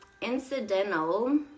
Incidental